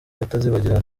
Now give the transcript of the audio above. atazibagirana